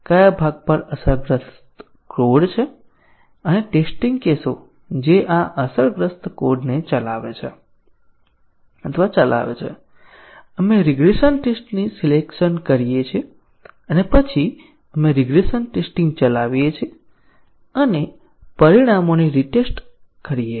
કયા ભાગ પર અસરગ્રસ્ત કોડ છે અને ટેસ્ટીંગ કેસો જે આ અસરગ્રસ્ત કોડને ચલાવે છે અથવા ચલાવે છે આપણે રીગ્રેસન ટેસ્ટની સિલેકશન કરીએ છીએ અને પછી આપણે રિગ્રેસન ટેસ્ટીંગ ચલાવીએ છીએ અને પરિણામોની રીટેસ્ટ કરીએ છીએ